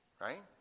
Right